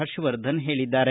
ಹರ್ಷವರ್ಧನ್ ಹೇಳಿದ್ದಾರೆ